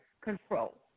control